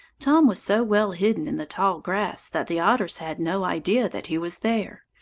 tom was so well hidden in the tall grass that the otters had no idea that he was there.